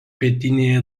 pietinėje